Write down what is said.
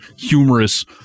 humorous